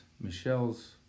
Michelle's